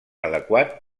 adequat